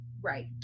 Right